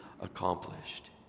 accomplished